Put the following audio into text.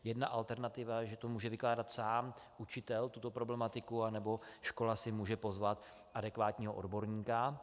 Jedna alternativa, že to může vykládat sám učitel, tuto problematiku, anebo škola si může pozvat adekvátního odborníka.